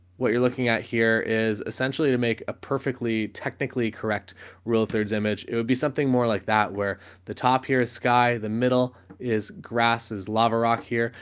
what you're looking at here is essentially to make a perfectly technically correct rule of thirds image. it would be something more like that where the top here is sky, the middle is grasses, lava rock here,